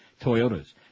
Toyotas